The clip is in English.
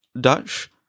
Dutch